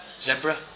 Zebra